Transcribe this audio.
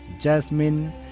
Jasmine